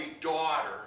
daughter